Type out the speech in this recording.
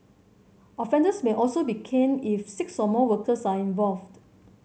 offenders may also be caned if six or more workers are involved